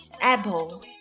apple